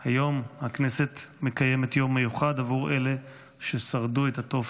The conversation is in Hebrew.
היום הכנסת מקיימת יום מיוחד עבור אלה ששרדו את התופת,